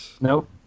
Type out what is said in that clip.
Nope